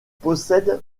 possède